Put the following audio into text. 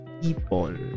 people